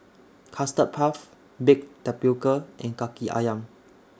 Custard Puff Baked Tapioca and Kaki Ayam